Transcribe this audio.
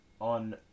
On